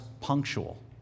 punctual